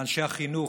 לאנשי החינוך,